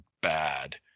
bad